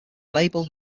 label